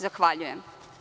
Zahvaljujem.